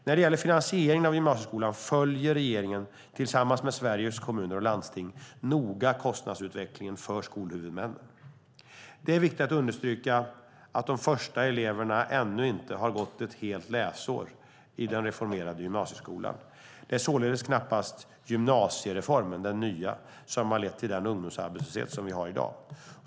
När det gäller finansieringen av gymnasieskolan följer regeringen tillsammans med Sveriges Kommuner och Landsting noga kostnadsutvecklingen för skolhuvudmännen. Det är viktigt att understryka att de första eleverna ännu inte har gått ett helt läsår i den reformerade gymnasieskolan. Det är således knappast den nya gymnasiereformen som har lett till den ungdomsarbetslöshet som vi har i dag.